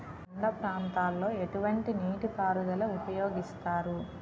కొండ ప్రాంతాల్లో ఎటువంటి నీటి పారుదల ఉపయోగిస్తారు?